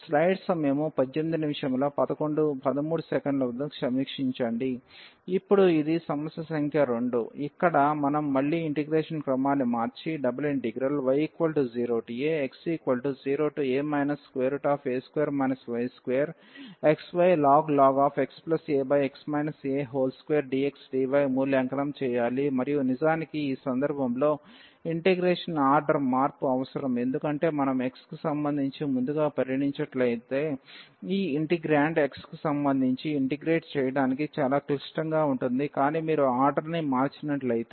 ఇప్పుడు ఇది సమస్య సంఖ్య 2 ఇక్కడ మనం మళ్లీ ఇంటిగ్రేషన్ క్రమాన్ని మార్చి y0ax0a xyln xa x a2dxdy మూల్యాంకనం చేయాలి మరియు నిజానికి ఈ సందర్భంలో ఇంటిగ్రేషన్ ఆర్డర్ మార్పు అవసరం ఎందుకంటే మనం x కి సంబంధించి ముందుగా పరిగణించినట్లయితే ఈ ఇంటిగ్రేండ్ x కి సంబంధించి ఇంటిగ్రేట్ చేయడానికి చాలా క్లిష్టంగా ఉంటుంది కానీ మీరు ఆర్డర్ని మార్చినట్లయితే